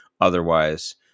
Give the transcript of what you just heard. Otherwise